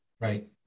right